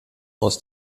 aus